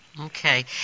Okay